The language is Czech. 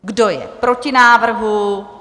Kdo je proti návrhu?